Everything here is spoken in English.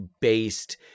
based